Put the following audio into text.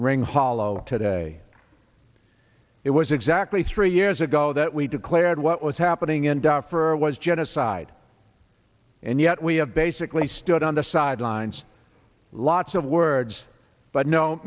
rang hollow today it was exactly three years ago that we declared what was happening in darfur or was genocide and yet we have basically stood on the sidelines lots of words but no